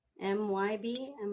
M-Y-B